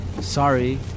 Sorry